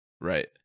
Right